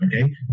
okay